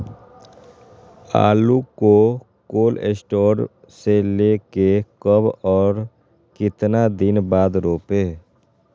आलु को cold store से ले के कब और कितना दिन बाद रोपे?